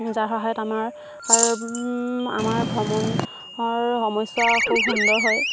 যাৰ সহায়ত আমাৰ আমাৰ ভ্ৰমণৰ সময়চোৱা খুব সুন্দৰ হয়